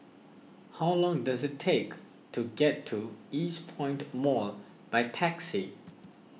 how long does it take to get to Eastpoint Mall by taxi